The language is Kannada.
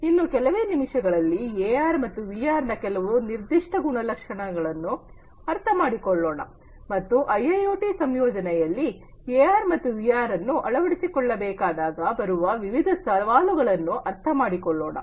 ಇನ್ನು ಕೆಲವೇ ನಿಮಿಷಗಳಲ್ಲಿ ಎಆರ್ ಮತ್ತು ವಿಆರ್ ನ ಕೆಲವು ನಿರ್ದಿಷ್ಟ ಗುಣಲಕ್ಷಣಗಳನ್ನು ಅರ್ಥ ಮಾಡಿಕೊಳ್ಳೋಣ ಮತ್ತು ಐಐಒಟಿ ಸಂಯೋಜನೆಯಲ್ಲಿ ಎಆರ್ ಮತ್ತು ವಿಆರ್ ಅನ್ನು ಅಳವಡಿಸಿಕೊಳ್ಳಬೇಕಾದಾಗ ಬರುವ ವಿವಿಧ ಸವಾಲುಗಳನ್ನು ಅರ್ಥ ಮಾಡಿಕೊಳ್ಳೋಣ